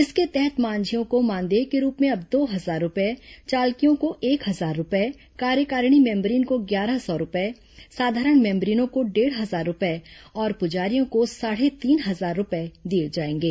इसके तहत मांझियों को मानदेय के रूप में अब दो हजार रूपये चालकियों को एक हजार रूपये कार्यकारिणी मेंबरीन को ग्यारह सौ रूपये साधारण मेंबरीनों को डेढ़ हजार रूपये और पुजारियों को साढ़े तीन हजार रूपये दिए जाएंगे